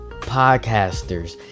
podcasters